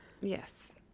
Yes